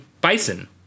Bison